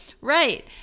Right